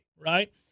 right